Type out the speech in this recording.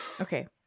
Okay